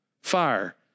fire